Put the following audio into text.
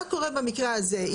מה קורה במקרה הזה?